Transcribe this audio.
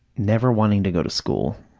never wanting to go to school,